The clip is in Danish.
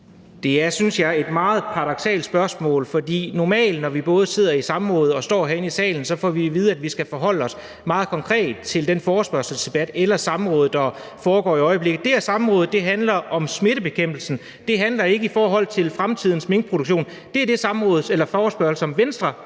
jeg er et meget paradoksalt spørgsmål, for normalt – når vi sidder i samråd eller står herinde i salen – får vi at vide, at vi skal forholde os meget konkret til den forespørgselsdebat eller det samråd, der foregår i øjeblikket. Den her forespørgsel handler om smittebekæmpelsen; den handler ikke om fremtidens minkproduktion. Det er den forespørgsel, som Venstre